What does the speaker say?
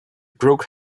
broke